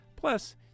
Plus